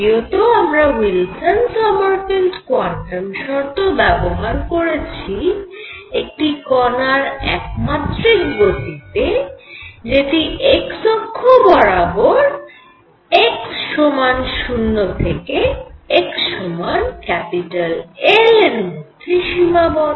দ্বিতীয়ত আমরা Wilson Sommerfeld quantum শর্ত ব্যবহার করেছি একটি কণার একমাত্রিক গতিতে যেটি x অক্ষ বরাবর x সমান 0 থেকে x সমান L এর মধ্যে সীমাবদ্ধ